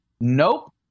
nope